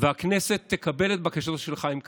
והכנסת תקבל את בקשתו של חיים כץ,